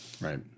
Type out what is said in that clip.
Right